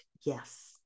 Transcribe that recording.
yes